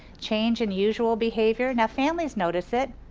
change in usual behavior, now families notice it.